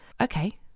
Okay